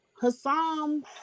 Hassan